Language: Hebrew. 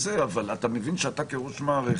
שאתה כראש מערכת,